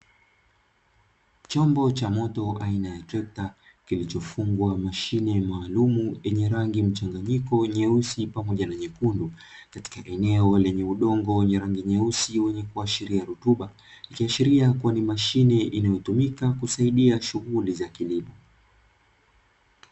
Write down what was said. Chombo cha moto aina ya trekta kilichofungwa mashine maalumu yenye rangi mchanganyiko nyeusi pamoja na nyekundu, katika eneo lenye udongo wenye rangi nyeusi wenye kuashiria rutuba, ikiashiria kuwa ni mashine inayotumika kusaidia shughuli za kilimo.